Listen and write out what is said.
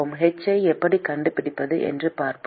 h I எப்படி கண்டுபிடிப்பது என்று பார்ப்போம்